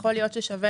יכול להיות ששווה